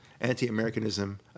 anti-Americanism